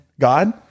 god